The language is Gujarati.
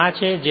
જે આ છે